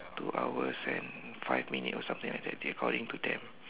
two hours and five minute or something like that they according to them